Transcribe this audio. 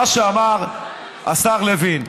מה שאמר השר לוין,